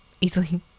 Easily